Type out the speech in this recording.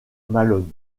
malone